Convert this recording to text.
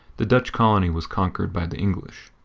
the dutch colony was conquered by the english.